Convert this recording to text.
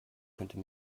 könnte